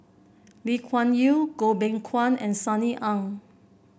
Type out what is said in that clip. Lee Kuan Yew Goh Beng Kwan and Sunny Ang